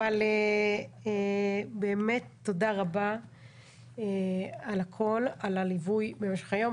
אבל באמת תודה רבה על הכול, על הליווי במשך היום.